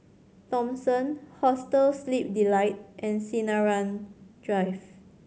Thomson Hostel Sleep Delight and Sinaran Drive